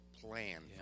plan